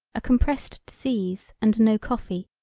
a compressed disease and no coffee,